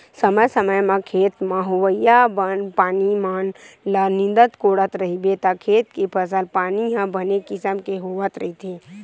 समे समे म खेत म होवइया बन पानी मन ल नींदत कोड़त रहिबे त खेत के फसल पानी ह बने किसम के होवत रहिथे